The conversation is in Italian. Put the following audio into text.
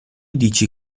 dici